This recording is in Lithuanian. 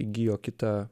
įgijo kitą